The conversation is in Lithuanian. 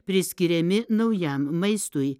priskiriami naujam maistui